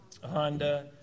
Honda